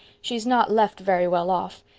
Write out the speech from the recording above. she's not left very well off.